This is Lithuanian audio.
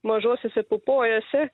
mažosiose pupojose